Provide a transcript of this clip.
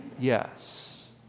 Yes